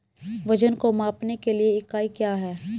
वजन को मापने के लिए इकाई क्या है?